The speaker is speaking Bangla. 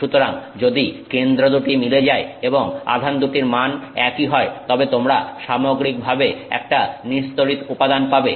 সুতরাং যদি কেন্দ্র দুটি মিলে যায় এবং আধান দুটির মান একই হয় তবে তোমরা সামগ্রিকভাবে একটা নিস্তড়িত উপাদান পাবে